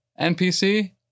NPC